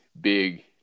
big